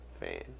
fan